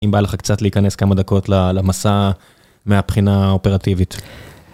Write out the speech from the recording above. אם בא לך קצת להיכנס כמה דקות למסע מהבחינה האופרטיבית.